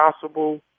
possible